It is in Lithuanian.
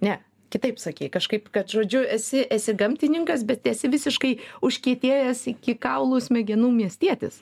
ne kitaip sakei kažkaip kad žodžiu esi esi gamtininkas bet esi visiškai užkietėjęs iki kaulų smegenų miestietis